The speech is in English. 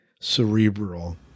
cerebral